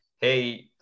hey